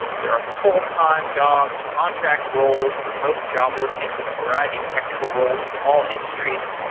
there are fulltime jobs, contract roles, remote job listings with a variety of technical roles in all industries,